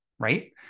right